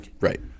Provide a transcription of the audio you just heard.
Right